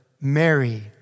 Mary